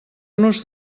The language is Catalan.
nos